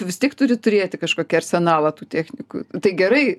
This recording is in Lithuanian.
vis tiek turi turėti kažkokį arsenalą tų technikų tai gerai